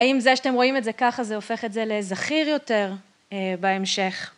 אם זה שאתם רואים את זה ככה, זה הופך את זה לזכיר יותר בהמשך.